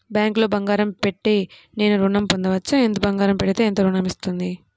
బ్యాంక్లో బంగారం పెట్టి నేను ఋణం పొందవచ్చా? ఎంత బంగారం పెడితే ఎంత ఋణం వస్తుంది?